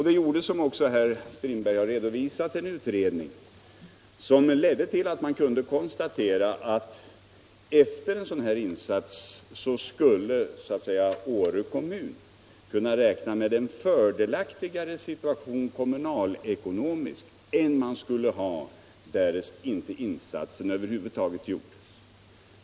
Det gjordes, som herr Strindberg också redovisat, en utredning, som konstaterade att Åre kommun efter en sådan här insats skulle kunna räkna med en fördelaktigare situation kommunalekonomiskt än om inte insatsen gjorts.